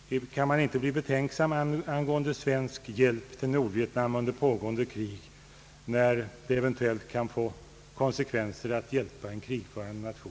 Kan man inte då om inte förr bli betänksam angående svensk hjälp till Nordvietnam under pågående krig?